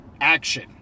action